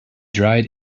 dried